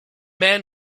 man